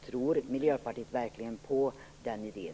Tror Miljöpartiet verkligen på den här idén?